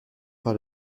par